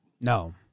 No